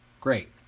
great